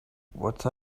what